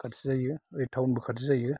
खाथि जायो टाउनबो खाथि जायो